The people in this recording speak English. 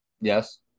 yes